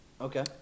Okay